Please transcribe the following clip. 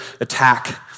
attack